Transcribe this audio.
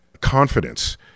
confidence